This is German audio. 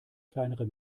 kleinere